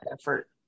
effort